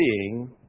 seeing